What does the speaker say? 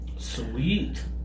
Sweet